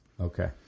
Okay